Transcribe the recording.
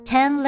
Ten